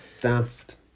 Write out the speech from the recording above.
daft